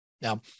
Now